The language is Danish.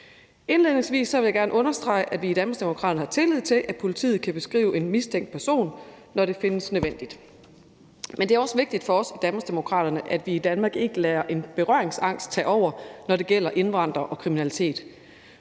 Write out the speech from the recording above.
Indledningsvis vil jeg gerne understrege, at vi i Danmarksdemokraterne har tillid til, at politiet kan beskrive en mistænkt person, når det findes nødvendigt. Men det er også vigtigt for os i Danmarksdemokraterne, at vi i Danmark ikke lader en berøringsangst tage over, når det gælder indvandrere og kriminalitet.